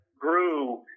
grew